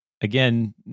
again